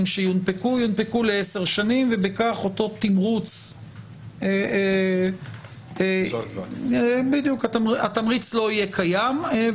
שיונפקו יונפקו לעשר שנים ובכך אותו תמריץ לא יהיה קיים.